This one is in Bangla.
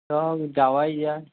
চল যাওয়াই যায়